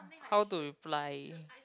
how to reply